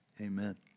amen